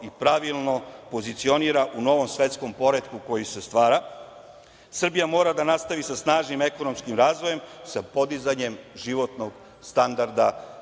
i pravilno pozicionira u novom svetskom poretku koji se stvara. Srbija mora da nastavi sa snažnim ekonomskim razvojem, sa podizanjem životnog standarda